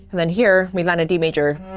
and then here we land in d major,